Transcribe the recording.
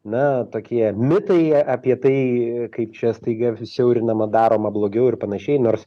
na tokie mitai apie tai kaip čia staiga susiaurinama daroma blogiau ir panašiai nors